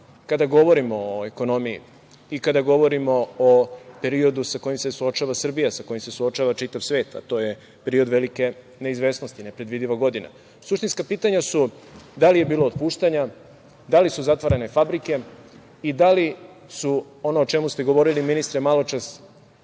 kada govorimo o ekonomiji i kada govorimo o periodu sa kojim se suočava Srbija, sa kojim se suočava čitav svet, a to je period velike neizvesnosti, nepredvidiva godina? Suštinska pitanja su da li je bilo otpuštanja, da li su zatvarane fabrike i da li su, ono o čemu ste govorili, ministre, maločas,